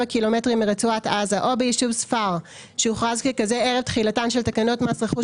קילומטרים מרצועת עזה או ביישוב ספר שהוכרז ככזה ערב תחילתן של תקנות מס רכוש